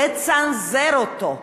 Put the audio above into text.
לצנזר אותו,